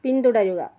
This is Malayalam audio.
പിന്തുടരുക